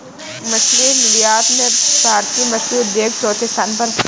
मछली निर्यात में भारतीय मछली उद्योग चौथे स्थान पर है